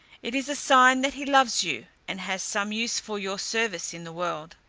it is a sign that he loves you, and has some use for your service in the world.